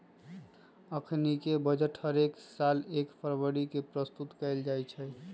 अखनीके बजट हरेक साल एक फरवरी के प्रस्तुत कएल जाइ छइ